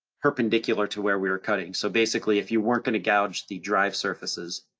perpendicular to where we were cutting. so basically if you weren't gonna gouge the drive surfaces,